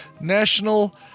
national